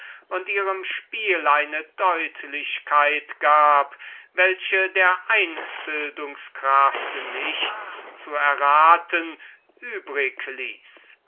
und ihrem spiel eine deutlichkeit gab die der einbildungs-kraft nichts zu erraten